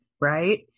right